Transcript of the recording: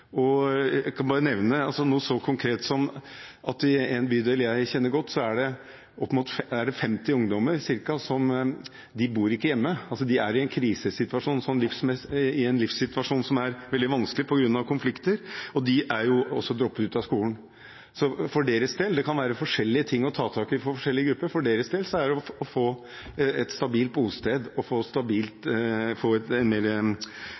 Jeg kan bare nevne noe så konkret som at i en bydel jeg kjenner godt, er det ca. 50 ungdommer som er i en slags krisesituasjon, i en livssituasjon som er veldig vanskelig på grunn av konflikter, de har droppet ut av skolen, og de bor ikke hjemme. Det kan være forskjellige ting å ta tak i for forskjellige grupper, men for deres del gjelder det å få et stabilt bosted og et mer stabilt